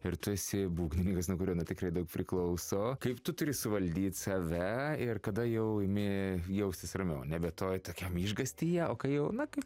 ir tu esi būgnininkas nuo kurio na tikrai daug priklauso kaip tu turi suvaldyt save ir kada jau imi jaustis ramiau nebe toj tokiam išgąstyje o kai jau na kaip